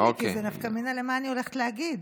כי זה נפקא מינה למה שאני הולכת להגיד.